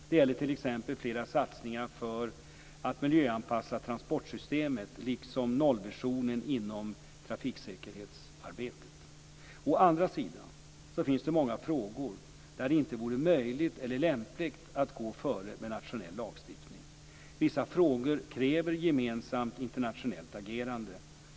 Det gäller t.ex. flera satsningar för att miljöanpassa transportsystemet, liksom nollvisionen inom trafiksäkerhetsarbetet. Å andra sidan finns det många frågor där det inte vore möjligt eller lämpligt att gå före med nationell lagstiftning. Vissa frågor kräver gemensamt, internationellt agerande.